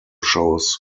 shows